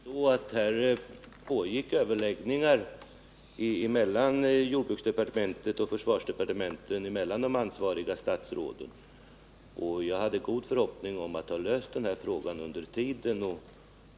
Herr talman! Det var ändå så, att här pågick överläggningar mellan de ansvariga statsråden i jordbruksdepartementet och försvarsdepartementet, och jag hade goda förhoppningar om att frågan skulle hinna bli löst under tiden.